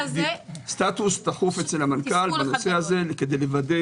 סטטוס תכוף אצל המנכ"ל בנושא זה כדי לוודא